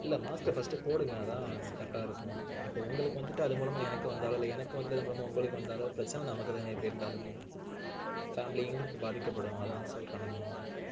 இல்லை mask first போடுங்க அதான் கரெட்டாயிருக்கும் இப்போ உங்களுக்கு வந்துட்டு அது மூலமாக எனக்கு வந்தாலோ இல்லை எனக்கு வந்துட்டு அது மூலமாக உங்களுக்கு வந்தாலோ பிரச்சனை நமக்கு தானே எப்படி இருந்தாலுமே ஃபேமிலியும் பாதிக்கப்படும் அதான் சொல்றேண்ணா